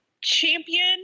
champion